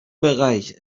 bereich